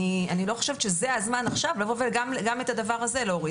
אני לא חושבת שזה הזמן עכשיו לבוא וגם את הדבר הזה להוריד.